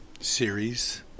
series